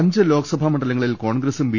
അഞ്ച് ലോക്സഭാ മണ് ഡല്ങ്ങളിൽ കോൺഗ്രസും ബി